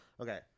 Okay